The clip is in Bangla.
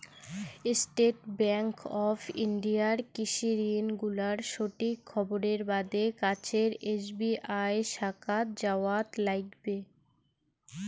স্টেট ব্যাংক অফ ইন্ডিয়ার কৃষি ঋণ গুলার সঠিক খবরের বাদে কাছের এস.বি.আই শাখাত যাওয়াৎ লাইগবে